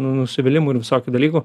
nusivylimų ir visokių dalykų